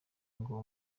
ngo